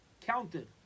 counted